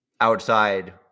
outside